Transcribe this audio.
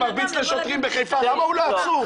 --- שמרביץ לשוטרים בחיפה למה הוא לא עצור?